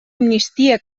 amnistia